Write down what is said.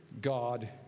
God